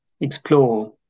explore